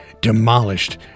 demolished